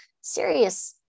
serious